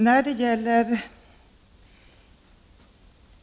Herr talman!